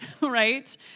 right